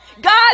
God